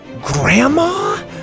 Grandma